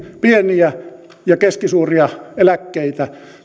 pieniä ja keskisuuria eläkkeitä